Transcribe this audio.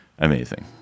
Amazing